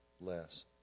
less